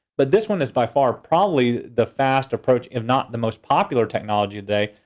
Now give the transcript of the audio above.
but this one is by far probably the fast approach, if not the most popular technology today.